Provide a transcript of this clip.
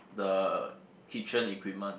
the kitchen equipment